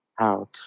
out